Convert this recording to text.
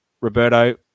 Roberto